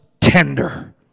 tender